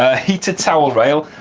ah heated towel rail,